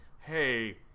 hey